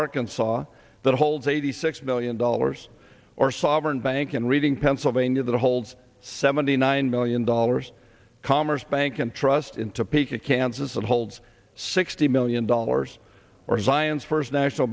arkansas that holds eighty six million dollars or sovereign bank in reading pennsylvania that holds seventy nine million dollars commerce bank and trust in topeka kansas that holds sixty million dollars or zions first national